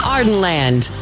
Ardenland